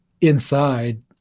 inside